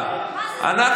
הבעיה שלך, עזבי, די, די.